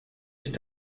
ist